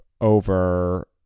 over